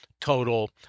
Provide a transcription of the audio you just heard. total